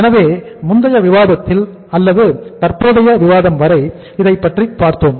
எனவே முந்தைய விவாதத்திலும் அல்லது தற்போதைய விவாதம் வரை இதைப்பற்றி பார்த்தோம்